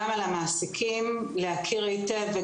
וגם שהמעסיקים יכירו היטב.